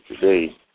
today